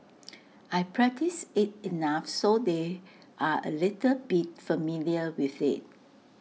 I practice IT enough so they're A little bit familiar with IT